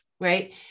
Right